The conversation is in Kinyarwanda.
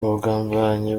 ubugambanyi